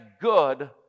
good